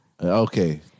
Okay